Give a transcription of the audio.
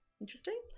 Interesting